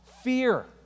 fear